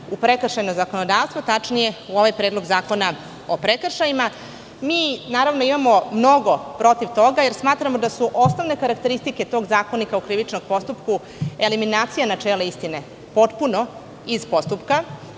u prekršajno zakonodavstvo, tačnije u ovaj predlog zakona o prekršajima. Mi smo mnogo protiv toga, jer smatramo da su osnovne karakteristike tog Zakonika o krivičnom postupku eliminacija načela istine potpuno iz postupka,